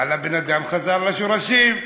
אבל הבן-אדם חזר לשורשים.